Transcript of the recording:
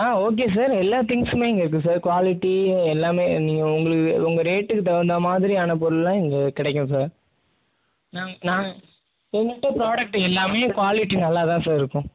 ஆ okay sir எல்லா திங்ஸ்ஸுமே இங்கே இருக்குது சார் குவாலிட்டி எல்லாமே நீங்கள் உங்களுக்கு உங்கள் ரேட்டுக்கு தகுந்த மாதிரியான பொருள் எல்லாம் இங்கே கிடைக்கும் சார் நாங்கள் நாங்கள் எங்கள் கிட்ட ஃப்ராடக்ட்டு எல்லாமே குவாலிட்டி நல்லா தான் சார் இருக்கும்